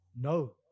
No